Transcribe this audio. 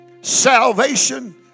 salvation